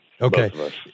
Okay